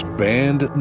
banned